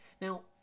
Now